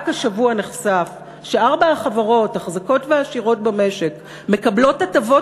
רק השבוע נחשף שארבע החברות החזקות והעשירות במשק מקבלות הטבות